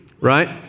right